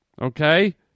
Okay